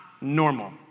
normal